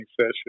session